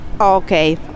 Okay